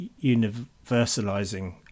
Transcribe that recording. universalizing